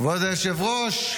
כבוד היושב-ראש,